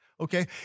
Okay